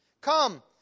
Come